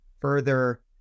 further